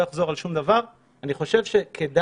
מספורט תחרותי, אני חושב שכדאי